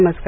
नमस्कार